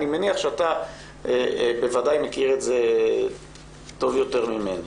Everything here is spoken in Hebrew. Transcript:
אני מניח שאתה בוודאי מכיר את זה טוב יותר ממני.